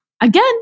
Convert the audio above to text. Again